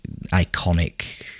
iconic